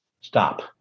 stop